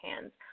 hands